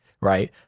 right